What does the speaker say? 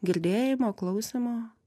girdėjimo klausymo